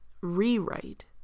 rewrite